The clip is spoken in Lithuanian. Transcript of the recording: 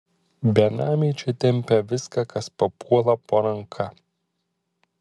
benamiai čia tempia viską kas papuola po ranka